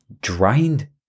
Drained